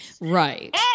right